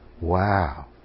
wow